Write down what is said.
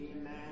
amen